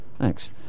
Thanks